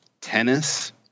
tennis